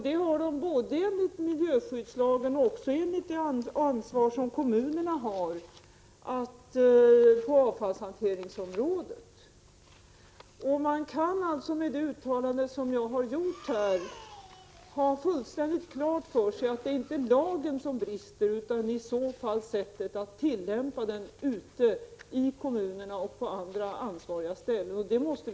Detta skall ske enligt miljöskyddslagen, och kommunerna har ett ansvar på avfallshanteringsområdet. Man bör alltså efter mitt uttalande här i kammaren ha fullständigt klart för sig att det inte är lagen som brister utan möjligen sättet att tillämpa den ute i kommunerna och på annat håll där det föreligger ett ansvar.